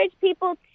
people